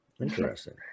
Interesting